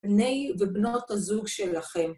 בני ובנות הזוג שלכם.